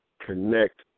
connect